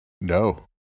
No